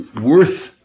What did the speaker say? worth